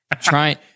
trying